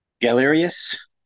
Galerius